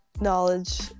knowledge